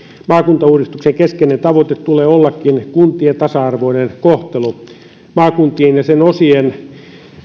maakuntauudistuksen keskeinen tavoite tulee ollakin kuntien tasa arvoinen kohtelu maakuntien ja niiden osien